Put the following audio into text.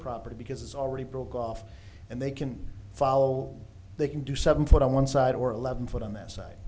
property because it's already broke off and they can follow they can do seven foot on one side or eleven foot on that si